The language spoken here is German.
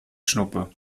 schnuppe